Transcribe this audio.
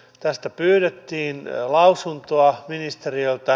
tästä pyydettiin lausuntoa ministeriöltä